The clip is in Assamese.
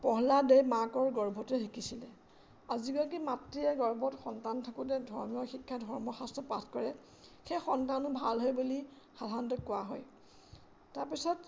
প্ৰহ্লাদে মাকৰ গৰ্ভতে শিকিছিলে আজিকালি মাতৃ গৰ্ভত সন্তান থাকোঁতে ধৰ্মীয় শিক্ষা ধৰ্ম শাস্ত্ৰ পাঠ কৰে সেই সন্তানো ভাল হয় বুলি সাধাৰণতে কোৱা হয় তাৰপিছত